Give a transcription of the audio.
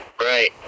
right